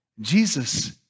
Jesus